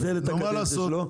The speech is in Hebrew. מתבטלת הקדנציה שלו,